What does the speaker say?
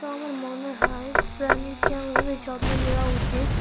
তো আমার মনে হয় প্রাণীর যেভাবে যত্ন নেওয়া উচিত